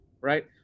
right